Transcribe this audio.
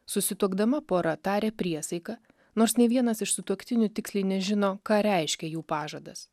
susituokdama pora tarė priesaiką nors nė vienas iš sutuoktinių tiksliai nežino ką reiškia jų pažadas